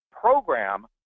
program